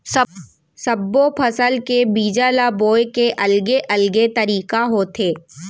सब्बो फसल के बीजा ल बोए के अलगे अलगे तरीका होथे